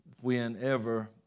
whenever